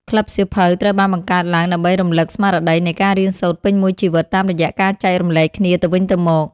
ក្លឹបសៀវភៅត្រូវបានបង្កើតឡើងដើម្បីរំលឹកស្មារតីនៃការរៀនសូត្រពេញមួយជីវិតតាមរយៈការចែករំលែកគ្នាទៅវិញទៅមក។